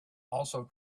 also